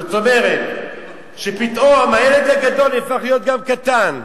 זאת אומרת שפתאום הילד הגדול נהפך להיות גם קטן.